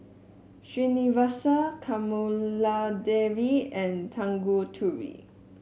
Srinivasa Kamaladevi and Tanguturi